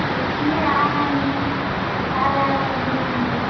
देखिए आ रहे हैं पोसा जाएगा तो ले लेंगे